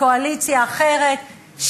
קואליציה אחרת,